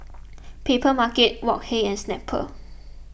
Papermarket Wok Hey and Snapple